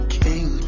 king